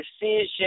decision